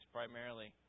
primarily